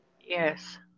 Yes